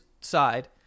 side